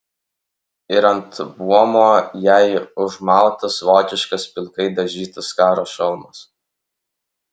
ir ant buomo jai užmautas vokiškas pilkai dažytas karo šalmas